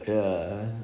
ya